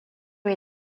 est